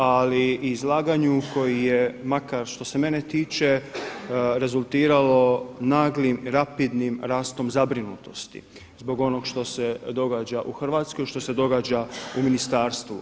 Ali i izlaganju koji je makar što se mene tiče rezultiralo naglim, rapidnim rastom zabrinutosti zbog onog što se događa u Hrvatskoj, što se događa u ministarstvu.